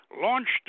launched